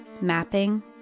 mapping